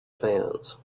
fans